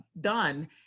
done